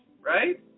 right